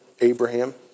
Abraham